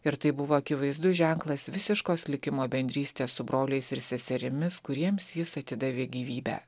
ir tai buvo akivaizdus ženklas visiškos likimo bendrystės su broliais ir seserimis kuriems jis atidavė gyvybę